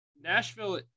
Nashville